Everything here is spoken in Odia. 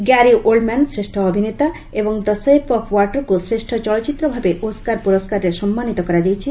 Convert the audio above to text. ଗ୍ୟାରି ଓଲ୍ଡ୍ମ୍ୟାନ୍ ଶ୍ରେଷ୍ଠ ଅଭିନେତା ଏବଂ ଦ ସେପ୍ ଅଫ୍ ୱାଟର୍କୁ ଶ୍ରେଷ୍ଠ ଚଳଚ୍ଚିତ୍ର ଭାବେ ଓସ୍କାର୍ ପୁରସ୍କାରରେ ସମ୍ମାନିତ କରାଯାଇଛି